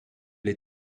les